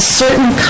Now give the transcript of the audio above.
certain